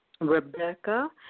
Rebecca